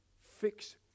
fix